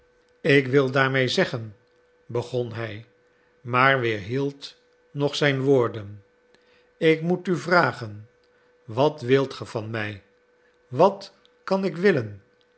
ik wil daarmede zeggen begon hij maar weerhield nog zijn woorden ik moet u vragen wat wilt ge van mij wat kan ik willen